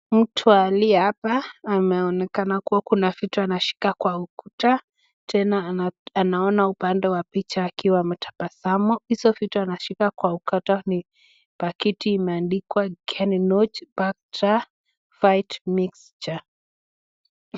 Mtu aliye hapa anaonekana kuwa kuna vitu anashika kwa ukuta. Tena anaona upande wa picha akiwa ametabasamu. Hizo vitu anashika kwa ukuta ni pakiti imeandikwa Kenoch Baktra Fight Mixture .